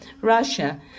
Russia